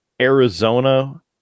Arizona